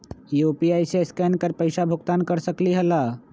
UPI से scan कर पईसा भुगतान कर सकलीहल?